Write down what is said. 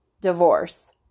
divorce